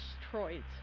destroyed